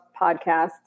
podcasts